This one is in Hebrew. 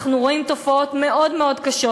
אנחנו רואים תופעות מאוד מאוד קשות,